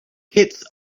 kids